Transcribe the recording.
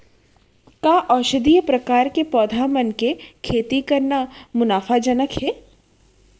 का औषधीय प्रकार के पौधा मन के खेती करना मुनाफाजनक हे?